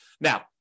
Now